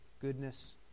goodness